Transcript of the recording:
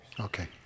Okay